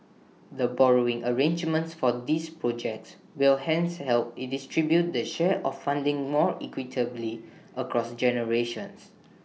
the borrowing arrangements for these projects will hence help distribute the share of funding more equitably across generations